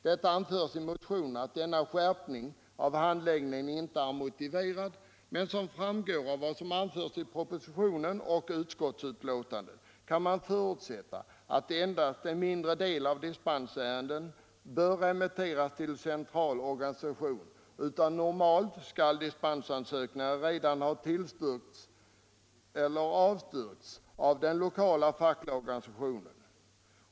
Det anförs i motionen 2446 att denna skärpning av handläggningen inte är motiverad. Men som framgår av vad som anförts i propositionen och utskottsbetänkandet kan man förutsätta att endast en mindre del av dispensansökningarna bör remitteras till central organisation. Normalt skall dispensansökningarna redan ha tillstyrkts eller avstyrkts av den lokala fackliga organisationen.